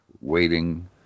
waiting